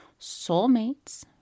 soulmates